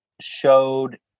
showed